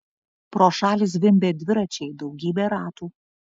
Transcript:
pro šalį zvimbė dviračiai daugybė ratų